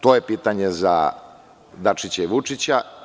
To je pitanje za Dačića i Vučića.